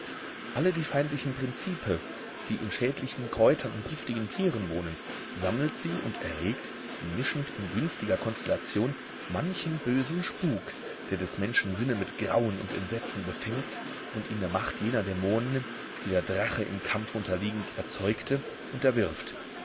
alle die feindlichen prinzipe die in schädlichen kräutern und giftigen tieren wohnen sammelt sie und erregt sie mischend in günstiger konstellation manchen bösen spuk der des menschen sinne mit grauen und entsetzen befängt und ihn der macht jener dämonen die der drache im kampfe unterliegend erzeugte unterwirft